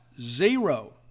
Zero